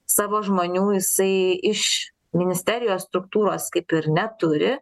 savo žmonių jisai iš ministerijos struktūros kaip ir neturi